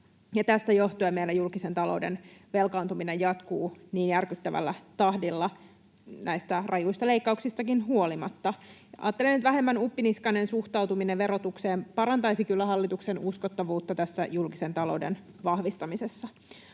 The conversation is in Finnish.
tästä johtuen meidän julkisen talouden velkaantuminen jatkuu niin järkyttävällä tahdilla näistä rajuista leikkauksistakin huolimatta. Ajattelen, että vähemmän uppiniskainen suhtautuminen verotukseen parantaisi kyllä hallituksen uskottavuutta tässä julkisen talouden vahvistamisessa.